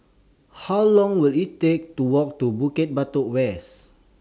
How Long Will IT Take to Walk to Bukit Batok West